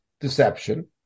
deception